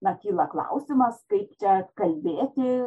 na kyla klausimas kaip čia kalbėti